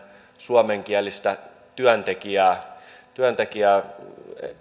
suomenkielistä työntekijää työntekijää